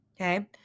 Okay